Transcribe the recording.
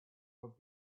would